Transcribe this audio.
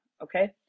Okay